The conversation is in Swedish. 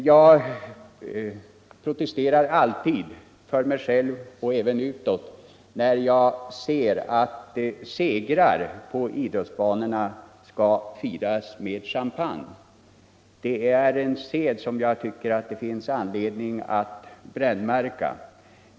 Jag protesterar alltid för mig själv och även utåt när jag ser segrar på idrottsbanorna firas med champagne. Det är en sed som jag tycker att vi har anledning att brännmärka.